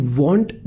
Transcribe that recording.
want